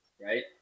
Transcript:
right